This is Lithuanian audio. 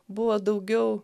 buvo daugiau